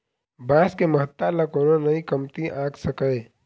बांस के महत्ता ल कोनो नइ कमती आंक सकय